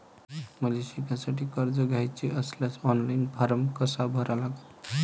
मले शिकासाठी कर्ज घ्याचे असल्यास ऑनलाईन फारम कसा भरा लागन?